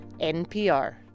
NPR